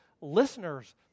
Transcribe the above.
listeners